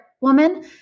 woman